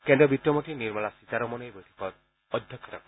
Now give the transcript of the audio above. কেন্দ্ৰীয় বিত্তমন্তী নিৰ্মলা সীতাৰমনে এই বৈঠকত অধ্যক্ষতা কৰিব